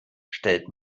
stellt